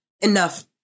enough